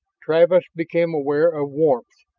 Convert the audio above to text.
travis became aware of warmth,